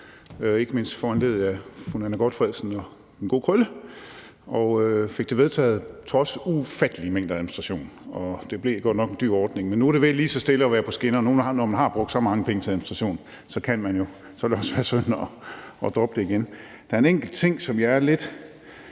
ikke mindst foranlediget af fru Nanna W. Gotfredsen og den gode Krølle, og vi fik det vedtaget trods ufattelige mængder af administration. Det blev godt nok en dyr ordning, men nu er det ved lige så stille at være på skinner, og når man nu har brugt så mange penge på administration, ville det også være synd at droppe det igen. Der er en enkelt ting, som jeg er lidt